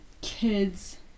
kids